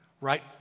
right